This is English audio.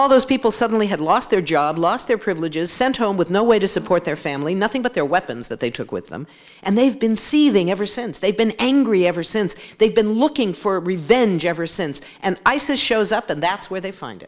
all those people suddenly had lost their job lost their privileges sent home with no way to support their family nothing but their weapons that they took with them and they've been see them ever since they've been angry ever since they've been looking for revenge ever since and isis shows up and that's where they find